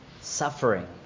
Suffering